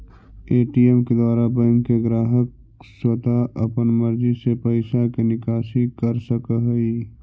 ATM के द्वारा bank के ग्राहक स्वता अपन मर्जी से पैइसा के निकासी कर सकऽ हइ